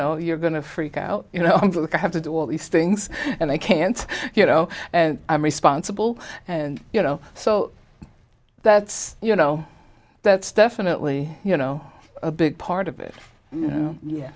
know you're going to freak out you know look i have to do all these things and i can't you know i'm responsible and you know so that's you know that's definitely you know a big part of it yeah